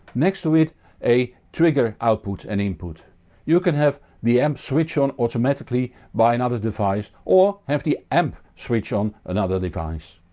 next to it a trigger output and input you can have the amp switch on automatically by another device or have the amp switch on another device.